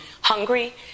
hungry